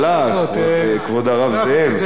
כבוד הרב זאב.